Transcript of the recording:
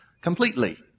completely